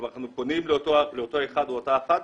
כלומר אנחנו פונים לאותו אחד או אותה אחת,